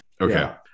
okay